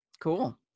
Cool